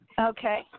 Okay